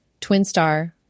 Twinstar